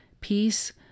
peace